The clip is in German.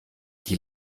die